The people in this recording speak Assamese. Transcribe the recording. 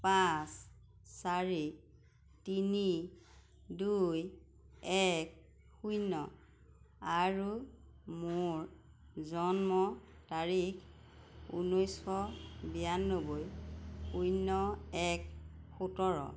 পাঁচ চাৰি তিনি দুই এক শূন্য আৰু মোৰ জন্ম তাৰিখ ঊনৈশ বিৰানব্বৈ শূন্য এক সোতৰ